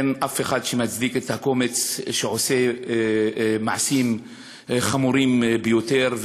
אין אף אחד שמצדיק את הקומץ שעושה מעשים חמורים ביותר,